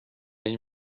این